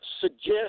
suggest